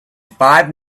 five